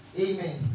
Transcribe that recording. Amen